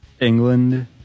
England